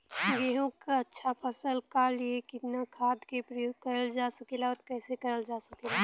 गेहूँक अच्छा फसल क लिए कितना खाद के प्रयोग करल जा सकेला और कैसे करल जा सकेला?